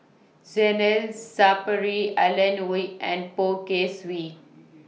Zainal Sapari Alan Wein and Poh Kay Swee